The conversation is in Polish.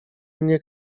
mnie